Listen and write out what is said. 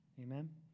Amen